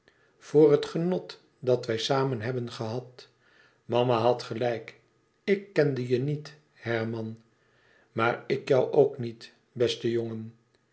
voor het genot dat wij samen hebben gehad mama had gelijk ik kende je niet herman maar ik jou ook niet beste jongen